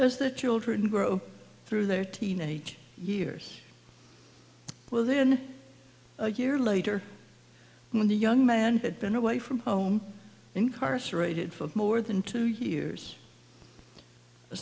those the children grow through their teenage years well then a year later when the young man had been away from home incarcerated for more than two years the